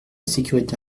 sécurité